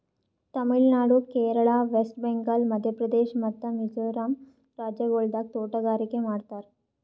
ತಮಿಳು ನಾಡು, ಕೇರಳ, ವೆಸ್ಟ್ ಬೆಂಗಾಲ್, ಮಧ್ಯ ಪ್ರದೇಶ್ ಮತ್ತ ಮಿಜೋರಂ ರಾಜ್ಯಗೊಳ್ದಾಗ್ ತೋಟಗಾರಿಕೆ ಮಾಡ್ತಾರ್